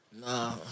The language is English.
nah